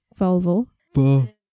Volvo